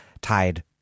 tied